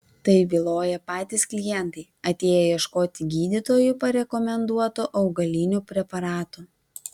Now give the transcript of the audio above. tai byloja patys klientai atėję ieškoti gydytojų parekomenduotų augalinių preparatų